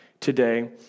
today